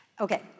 Okay